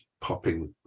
popping